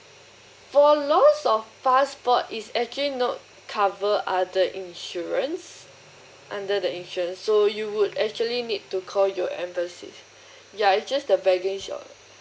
for loss of passport it's actually not cover under insurance under the insurance so you would actually need to call your embassy ya it just the baggage